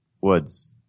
Woods